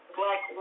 black